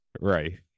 right